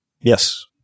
Yes